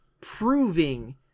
proving